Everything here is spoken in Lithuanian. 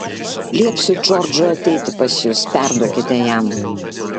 liepsiu džordžui ateiti pas jus perduokite jam